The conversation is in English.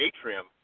atrium